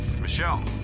Michelle